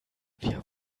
wir